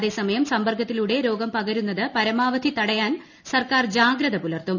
അതേസ്യമയും സമ്പർക്കത്തിലൂടെ രോഗം പകരുന്നത് പരമാവധി തടയാൻ ീസർക്കാർ ജാഗ്രത പുലർത്തും